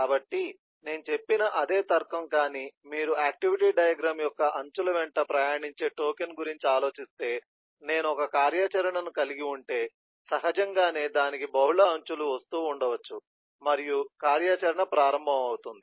కాబట్టి నేను చెప్పిన అదే తర్కం కానీ మీరు ఆక్టివిటీ డయాగ్రమ్ యొక్క అంచుల వెంట ప్రయాణించే టోకెన్ గురించి ఆలోచిస్తే నేను ఒక కార్యాచరణను కలిగి ఉంటే సహజంగానే దానికి బహుళ అంచులు వస్తుఉండవచ్చు మరియు కార్యాచరణ ప్రారంభం అపుతుంది